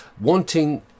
wanting